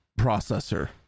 processor